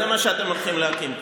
זה מה שאתם הולכים להכין כאן.